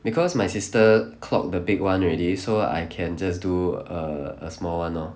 because my sister clock the big [one] already so I can just do a a small [one] lor